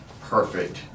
perfect